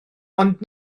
ond